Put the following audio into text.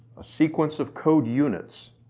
a sequence of code units,